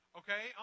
okay